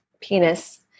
penis